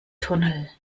tunnel